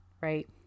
right